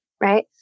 Right